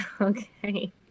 okay